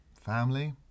family